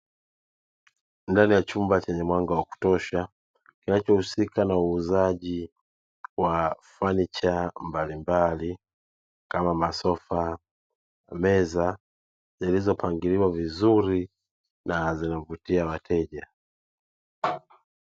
Ndani ya chumba chenye mwanga wa kutosha kinachohusika na uuzaji wa fanicha mbalimbali kama masofa, meza zilizopangiliwa vizuri na zinazovutia wateja.